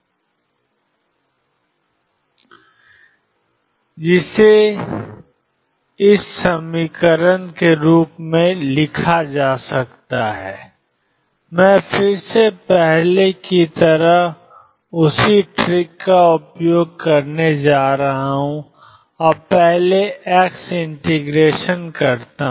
जिसे ∞dx ∞dkAke ikx2π ∞kdkAkeikx2π के रूप में लिखा जा सकता है मैं फिर से पहले की तरह उसी ट्रिक का उपयोग करने जा रहा हूं और पहले x इंटीग्रेशन करता हूं